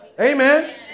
Amen